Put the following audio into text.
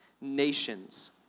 nations